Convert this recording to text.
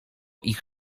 ich